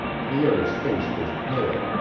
pierre's face was pale,